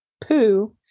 Poo